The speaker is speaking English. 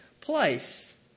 place